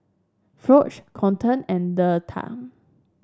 Foch Colton and Theta